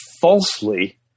falsely